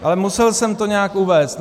Ale musel jsem to nějak uvést.